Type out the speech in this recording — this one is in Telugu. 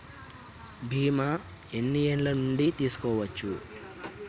బీమా ఎన్ని ఏండ్ల నుండి తీసుకోవచ్చు?